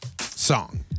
song